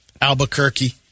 Albuquerque